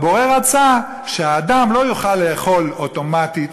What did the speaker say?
הבורא רצה שהאדם לא יוכל לאכול אוטומטית,